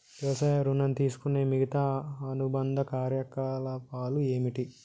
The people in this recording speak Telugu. వ్యవసాయ ఋణం తీసుకునే మిగితా అనుబంధ కార్యకలాపాలు ఏమిటి?